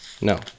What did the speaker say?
No